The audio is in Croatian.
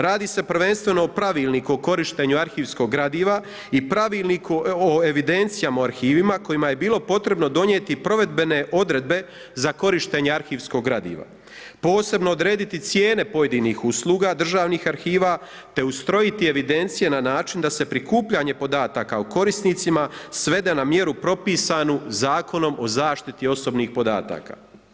Radi se prvenstveno o Pravilniku o korištenju arhivskog gradiva i Pravilniku o evidencijama u arhivima kojima je bilo potrebno donijeti provedbene odredbe za korištenje arhivskog gradiva, posebno odrediti cijene pojedinih usluga državnih arhiva te ustrojiti evidencije na način da se prikupljanje podataka o korisnicima svede na mjeru propisanu Zakonom o zaštiti osobnih podataka.